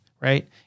right